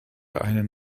einen